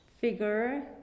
figure